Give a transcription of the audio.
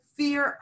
fear